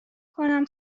کنم